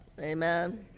Amen